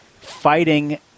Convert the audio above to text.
fighting